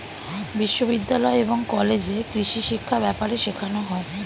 বিশ্ববিদ্যালয় এবং কলেজে কৃষিশিক্ষা ব্যাপারে শেখানো হয়